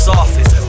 office